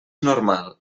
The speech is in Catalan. normal